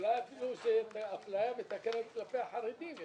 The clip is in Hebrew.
אולי אפילו אפליה מתקנת כלפי החרדים.